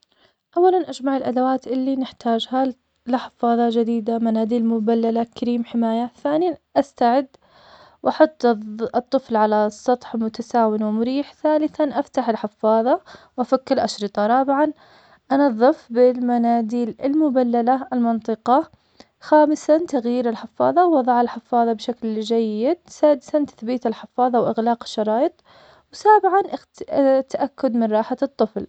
أولاً أجمع الأدوات اللي نحتاجها لحفاضة جديدة, مناديل مبللة, كريم حماية, ثانياً أستعد وأحط الطفل على سطح متساوٍ ومريح, ثاثاً أفتح الحفاضة وأفك الأشرطة, رابعاً, أنضف بالمناديل المبللة المنطقة, خامساً تغيير الحفاضة ووضع الحفاضة بشكل جيد, سادساً, تثبيت الحفاضة وإغلاق الشرايط, وسابعاً التأكد من راحة الطفل.